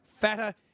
fatter